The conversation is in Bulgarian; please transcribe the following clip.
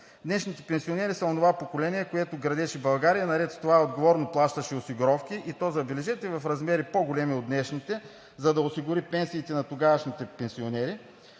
Днешните пенсионери са онова поколение, което градеше България, наред с това отговорно плащаше осигуровки, и то забележете, в размери по-големи от днешните, за да осигури пенсиите на тогавашните пенсионери.